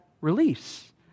release